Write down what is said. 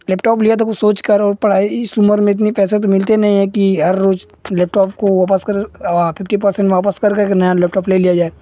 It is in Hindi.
लैपटॉप लिया था कुछ सोचकर और पढ़ाई इस उमर में इतने पैसे तो मिलते नहीं कि हर रोज लैपटॉप को वापस कर फिफ्टी परसेन्ट वापस कर करके नया ले लिया जाए